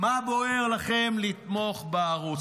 מה בוער לכם לתמוך בערוץ?